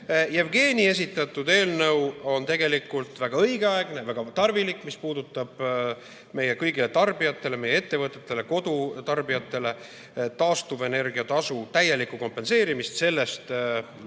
Jevgeni esitatud eelnõu on tegelikult väga õigeaegne, väga tarvilik, sest puudutab meie kõigile tarbijatele, meie ettevõtetele, meie kodutarbijatele taastuvenergia tasu täielikku kompenseerimist sellest